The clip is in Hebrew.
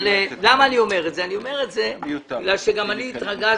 אני אומר את זה כי גם אני התרגזתי.